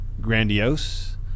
grandiose